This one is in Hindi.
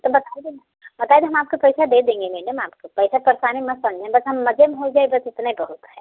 तो बताइ दो मैडम बताइ द हम आपक पैसा दे देंगे मैडम आपक पैसा परेशानी मत पड़िहें बस हम मजे में हो जाएँ बस इतने बहुत है